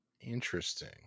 Interesting